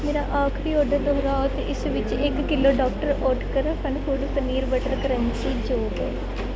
ਮੇਰਾ ਆਖਰੀ ਔਡਰ ਦੁਹਰਾਓ ਅਤੇ ਇਸ ਵਿੱਚ ਇੱਕ kilo doctor Oetker fun foods peanut butter crunchy ਜੋੜ ਦਿਓ